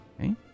Okay